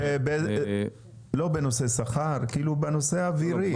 לא בנושא שכר, כאילו בנושא האווירי.